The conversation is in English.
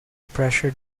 pressure